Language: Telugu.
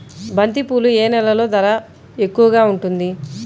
బంతిపూలు ఏ నెలలో ధర ఎక్కువగా ఉంటుంది?